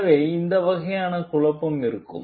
எனவே இந்த வகை குழப்பம் இருக்கும்